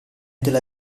della